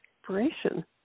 inspiration